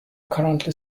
currently